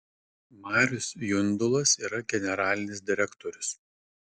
marius jundulas yra generalinis direktorius